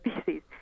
Species